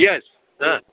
yes हां